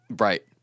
Right